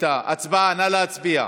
נא להצביע.